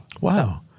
Wow